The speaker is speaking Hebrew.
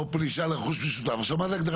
או פלישה לרכוש משותף.